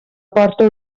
porta